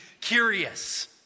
curious